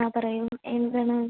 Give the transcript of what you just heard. ആ പറയൂ എന്താണ്